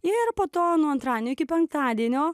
ir po to nuo antradienio iki penktadienio